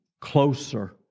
closer